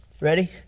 Ready